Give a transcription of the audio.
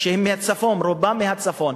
רובם מהצפון.